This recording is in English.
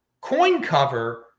CoinCover